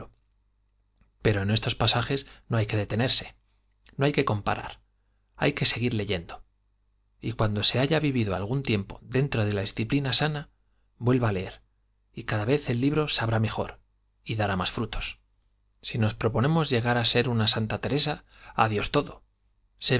pero en estos pasajes no hay que detenerse no hay que comparar hay que seguir leyendo y cuando se haya vivido algún tiempo dentro de la disciplina sana vuelta a leer y cada vez el libro sabrá mejor y dará más frutos si nos proponemos llegar a ser una santa teresa adiós todo se